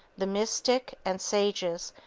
the mystic, and sages,